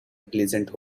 pleasanter